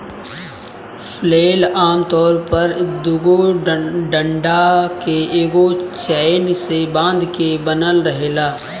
flail आमतौर पर दुगो डंडा के एगो चैन से बांध के बनल रहेला